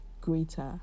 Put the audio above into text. greater